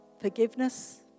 Forgiveness